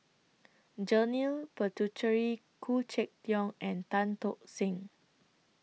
Janil Puthucheary Khoo Check Tiong and Tan Tock Seng